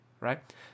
right